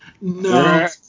No